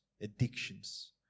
addictions